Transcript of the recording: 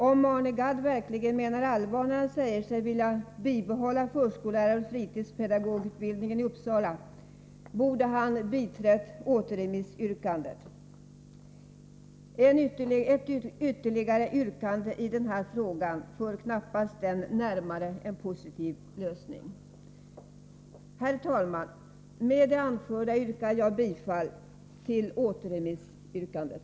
Om Arne Gadd verkligen menar allvar, när han säger sig vilja bibehålla förskolläraroch fritidspedagogutbildningen i Uppsala, borde han ha biträtt återremissyrkandet. Ett yrkande ytterligare för knappast frågan närmare en positiv lösning. Herr talman! Med det anförda hemställer jag om bifall till återremissyrkandet.